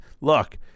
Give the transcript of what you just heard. look